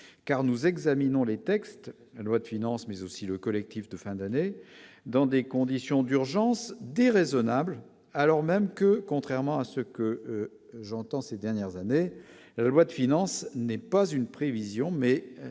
car nous examinons les textes de loi de finances, mais aussi le collectif de fin d'année dans des conditions d'urgence déraisonnable, alors même que, contrairement à ce que j'entends ces dernières années, loi de finances n'est pas une prévision mais